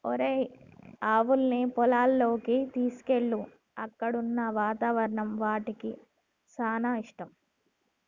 ఒరేయ్ ఆవులన్నీ పొలానికి తీసుకువెళ్ళు అక్కడున్న వాతావరణం వాటికి సానా ఇష్టం